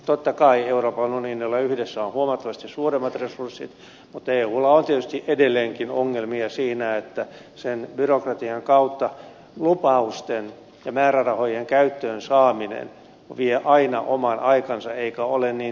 totta kai euroopan unionilla yhdessä on huomattavasti suuremmat resurssit mutta eulla on tietysti edelleenkin ongelmia siinä että sen byrokratian kautta lupausten ja määrärahojen käyttöön saaminen vie aina oman aikansa eikä ole niin tehokasta